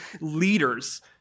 leaders